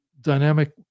dynamic